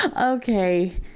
Okay